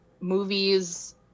movies